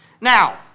Now